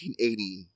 1980